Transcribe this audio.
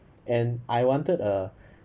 and I wanted a